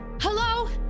hello